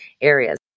areas